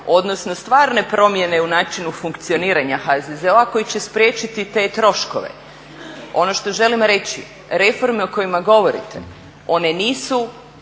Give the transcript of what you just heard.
odnosno stvarne promjene u načinu funkcioniranja HZZO-a koji će spriječiti te troškove. Ono što želim reći, reforme o kojima govorite one nisu